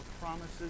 promises